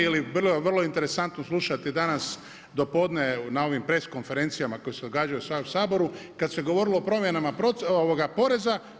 Ili bilo je vrlo interesantno slušati danas dopodne na ovim press konferencijama koje se događaju sad u Saboru, kad se govorilo o promjenama poreza.